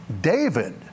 David